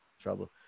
trouble